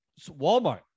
Walmart